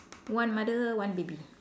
one mother one baby